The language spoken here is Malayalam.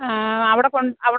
ആ അവിടെ അവി